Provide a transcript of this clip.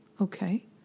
Okay